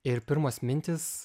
ir pirmos mintys